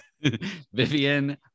Vivian